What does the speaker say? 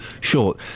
short